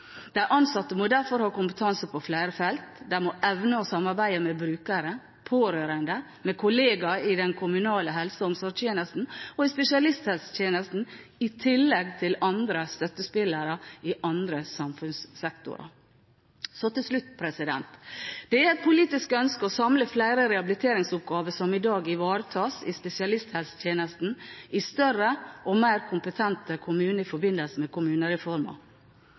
De ansatte må derfor ha kompetanse på flere felt. De må evne å samarbeide med brukere, med pårørende og med kolleger i den kommunale helse- og omsorgstjenesten og i spesialisthelsetjenesten, i tillegg til andre støttespillere i andre samfunnssektorer. Til slutt: Det er et politisk ønske å samle flere rehabiliteringsoppgaver som i dag ivaretas i spesialisthelsetjenesten, i større og mer kompetente kommuner i forbindelse med kommunereformen.